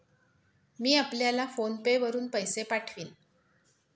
मी आपल्याला फोन पे वरुन पैसे पाठवीन